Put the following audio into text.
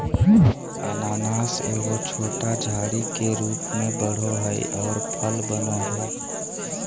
अनानास एगो छोटा झाड़ी के रूप में बढ़ो हइ और फल बनो हइ